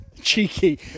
cheeky